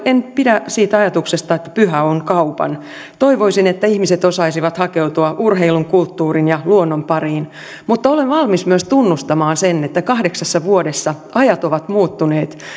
en pidä siitä ajatuksesta että pyhä on kaupan toivoisin että ihmiset osaisivat hakeutua urheilun kulttuurin ja luonnon pariin mutta olen valmis myös tunnustamaan sen että kahdeksassa vuodessa ajat ovat muuttuneet